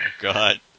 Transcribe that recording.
god